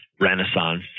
renaissance